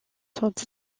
sont